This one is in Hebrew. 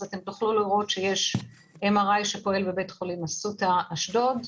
תוכלו לראות שיש MRI שפועל בבית חולים אסותא אשדוד,